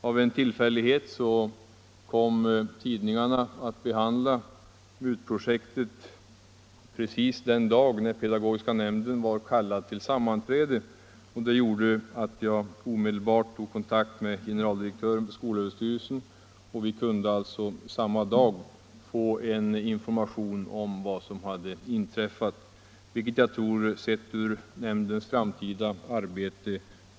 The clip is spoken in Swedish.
Av en tillfällighet kom tidningarna att behandla MUT-projektet samma dag som pedagogiska nämnden var kallad till sammanträde, vilket föranledde mig att omedelbart ta kontakt med generaldirektören för skolöverstyrelsen. Vi kunde alltså då omedelbart få information om vad som hade inträffat, vilket jag tror var mycket nyttigt för nämndens framtida arbete.